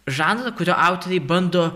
žanrą kurio autoriai bando